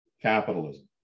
Capitalism